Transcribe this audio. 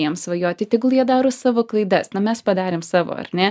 jiems svajoti tegul jie daro savo klaidas na mes padarėm savo ar ne